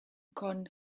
con